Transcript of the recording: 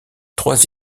trois